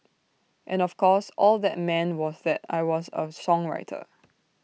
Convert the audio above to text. and of course all that meant was that I was A songwriter